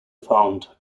found